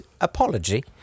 apology